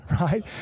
right